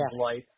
life